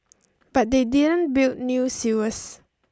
but they didn't build new sewers